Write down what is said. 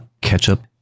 Ketchup